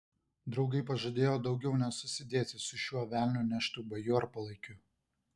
draugai pažadėjo daugiau nesusidėti su šiuo velnio neštu bajorpalaikiu